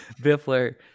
Biffler